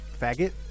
Faggot